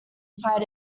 fight